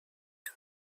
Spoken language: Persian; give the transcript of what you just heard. کرد